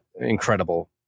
incredible